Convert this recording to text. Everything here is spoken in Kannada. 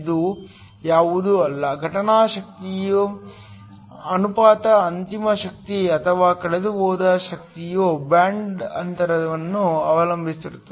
ಇದು ಯಾವುದೂ ಅಲ್ಲ ಘಟನಾ ಶಕ್ತಿಯ ಅನುಪಾತವು ಅಂತಿಮ ಶಕ್ತಿ ಅಥವಾ ಕಳೆದುಹೋದ ಶಕ್ತಿಯು ಬ್ಯಾಂಡ್ ಅಂತರವನ್ನು ಅವಲಂಬಿಸಿರುತ್ತದೆ